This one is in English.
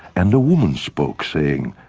and a woman spoke, saying,